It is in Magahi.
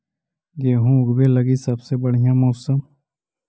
गेहूँ ऊगवे लगी सबसे बढ़िया मौसम?